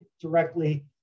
directly